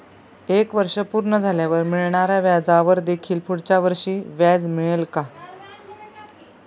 एक वर्ष पूर्ण झाल्यावर मिळणाऱ्या व्याजावर देखील पुढच्या वर्षी व्याज मिळेल का?